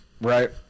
right